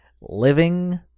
Living